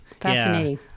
Fascinating